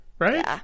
Right